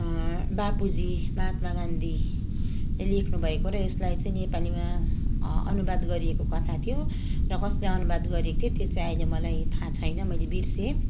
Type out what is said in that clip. बापु जी महात्मा गान्धीले लेख्नु भएको र यसलाई चाहिँ नेपालीमा अनुवाद गरिएको कथा थियो र कसले अनुवाद गरेको थियो त्यो चाहिँ अहिले मलाई थाहा छैन मैले बिर्सेँ